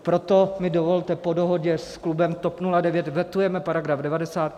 Proto mi dovolte, po dohodě s klubem TOP 09 vetujeme § 90.